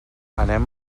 anem